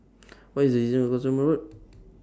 What IS The distance to Cottesmore Road